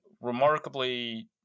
remarkably